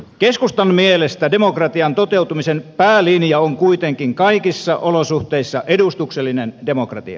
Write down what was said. keskustan mielestä demokratian toteutumisen päälinja on kuitenkin kaikissa olosuhteissa edustuksellinen demokratia